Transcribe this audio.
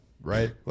right